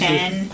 Ten